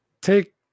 Take